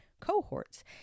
cohorts